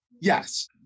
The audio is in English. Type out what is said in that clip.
Yes